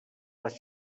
les